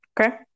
Okay